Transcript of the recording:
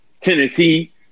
Tennessee